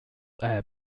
heir